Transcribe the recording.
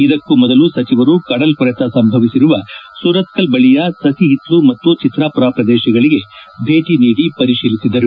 ಇದಕ್ಕೂ ಮೊದಲು ಸಚಿವರು ಕಡಲ್ಕೊರೆತ ಸಂಭವಿಸಿರುವ ಸುರತ್ಕಲ್ ಬಳಿಯ ಸಸಿಹಿತ್ಲು ಮತ್ತು ಚಿತ್ರಾಪುರ ಪ್ರದೇಶಗಳಿಗೆ ಭೇಟಿ ನೀಡಿ ಪರಿಶೀಲಿಸಿದರು